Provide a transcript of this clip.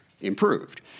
improved